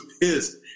pissed